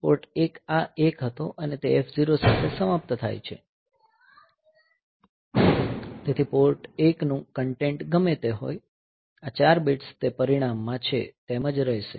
port 1 આ 1 હતો અને તે F0 સાથે સમાપ્ત થાય છે તેથી પોર્ટ 1 નું કન્ટેન્ટ ગમે તે હોય આ 4 બિટ્સ તે પરિણામ માં છે તેમ જ રહેશે